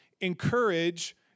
encourage